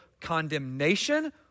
condemnation